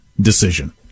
decision